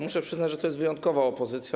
Muszę przyznać, że to jest wyjątkowa opozycja.